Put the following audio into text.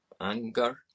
anger